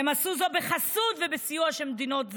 הם עשו זאת בחסות ובסיוע של מדינות זרות.